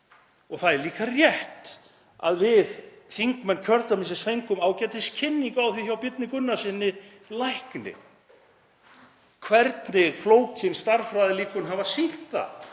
Og það er líka rétt að við þingmenn kjördæmisins fengum ágætiskynningu á því hjá Birni Gunnarssyni lækni hvernig flókin stærðfræðilíkön hafa sýnt að